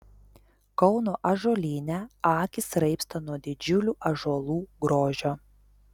kauno ąžuolyne akys raibsta nuo didžiulių ąžuolų grožio